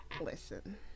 Listen